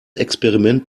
experiment